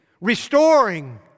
restoring